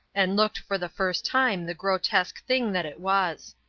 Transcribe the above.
and looked for the first time the grotesque thing that it was.